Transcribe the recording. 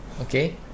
okay